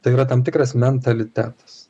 tai yra tam tikras mentalitetas